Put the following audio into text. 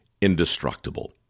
indestructible